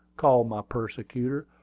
called my persecutor.